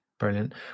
Brilliant